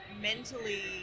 mentally